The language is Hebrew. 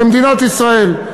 למדינת ישראל.